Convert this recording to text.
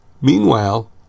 Meanwhile